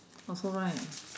also right